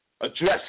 address